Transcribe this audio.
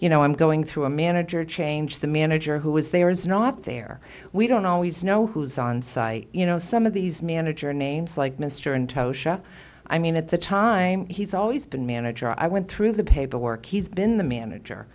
you know i'm going through a manager change the manager who was there is not there we don't always know who's on site you know some of these manager names like mr and tosha i mean at the time he's always been manager i went through the paperwork he's been the manager